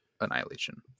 Annihilation